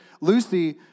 Lucy